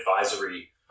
advisory